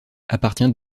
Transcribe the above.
appartient